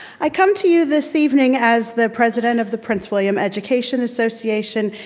i come to you this evening as the president of the prince william education association,